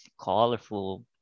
colorful